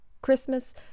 christmas